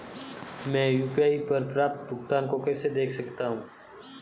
मैं यू.पी.आई पर प्राप्त भुगतान को कैसे देख सकता हूं?